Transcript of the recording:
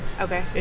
Okay